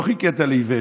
לא חיכית לאיווט?